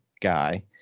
guy